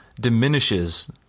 diminishes